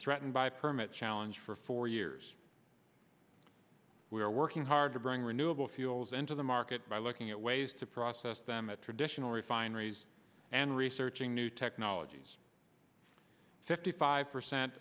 threatened by permit challenge for four years we are working hard to bring renewable fuels into the market by looking at ways to process them at traditional refineries and researching new technologies fifty five percent